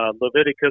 Leviticus